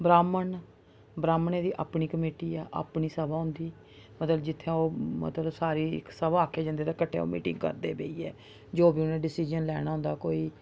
ब्राह्मन न ब्राह्मनें दी अपनी कमेटी ऐ अपनी सभाऽ उं'दी मतलब जित्थै ओह् मतलब सारी इक सभाऽआक्खेआ जंदा ते किट्ठे ओह् मीटिंग करदे बेहियै जो बी उ'नें डिसिजन लैना होंदा कोई